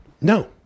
No